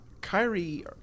Kyrie